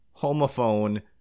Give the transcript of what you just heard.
homophone